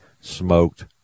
smoked